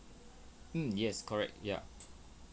mm yes correct ya